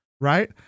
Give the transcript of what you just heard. right